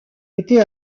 était